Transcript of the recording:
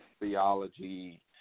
theology